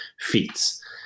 feats